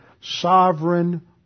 sovereign